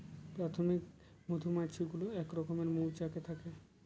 প্রাথমিক মধুমাছি গুলো এক রকমের মৌচাকে থাকে